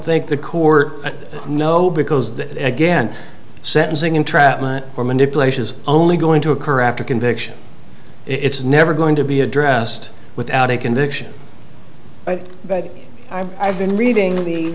think the court no because the again sentencing entrapment or manipulation is only going to occur after conviction it's never going to be addressed without a conviction but i've been reading the